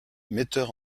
metteur